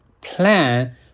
plan